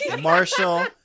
Marshall